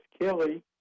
Kelly